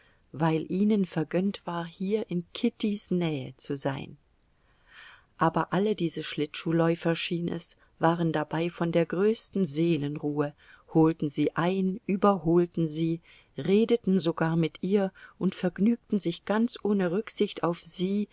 weil ihnen vergönnt war hier in kittys nähe zu sein aber alle diese schlittschuhläufer schien es waren dabei von der größten seelenruhe holten sie ein überholten sie redeten sogar mit ihr und vergnügten sich ganz ohne rücksicht auf sie